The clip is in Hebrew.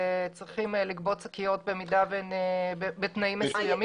שצריכים לגבות על שקיות בתנאים מסוימים.